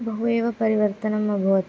बहु एव परिवर्तनम् अभवत्